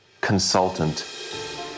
consultant